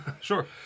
sure